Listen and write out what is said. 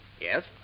Yes